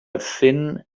thin